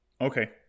Okay